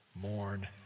mourn